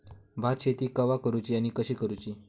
भात शेती केवा करूची आणि कशी करुची?